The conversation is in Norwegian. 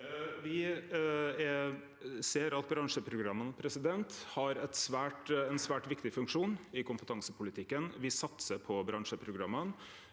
Me ser at bran- sjeprogramma har ein svært viktig funksjon i kompetansepolitikken. Me satsar på bransjeprogramma.